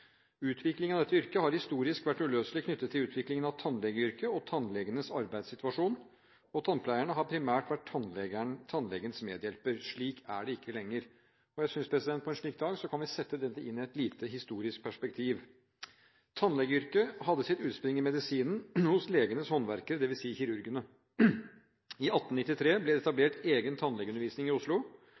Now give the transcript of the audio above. Utviklingen av dette yrket har historisk vært uløselig knyttet til utviklingen av tannlegeyrket og tannlegenes arbeidssituasjon. Tannpleierne har primært vært tannlegenes medhjelpere. Slik er det ikke lenger. Jeg synes at på en slik dag kan vi sette dette inn i et lite historisk perspektiv. Tannlegeyrket hadde sitt utspring i medisinen, hos legenes håndverkere, dvs. kirurgene. I 1893 ble det etablert egen tannlegeundervisning i Oslo.